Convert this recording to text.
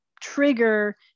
trigger